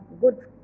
good